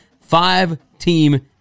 five-team